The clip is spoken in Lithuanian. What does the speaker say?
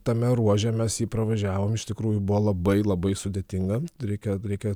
tame ruože mes jį pravažiavom iš tikrųjų buvo labai labai sudėtinga reikia reikia